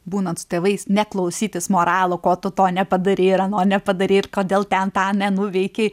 būnant su tėvais ne klausytis moralų ko tu to nepadarei ir ano nepadarei ir kodėl ten tą nenuveikei